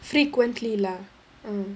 frequently lah uh